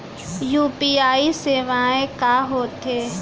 UPI सेवाएं का होथे?